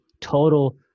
total –